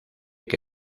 que